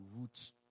roots